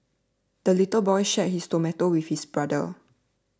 the little boy shared his tomato with his brother